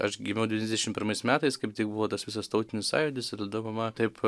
aš gimiau devyniadešim pirmais metais kaip tik buvo tas visas tautinis sąjūdis ir tada mama taip